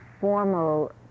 formal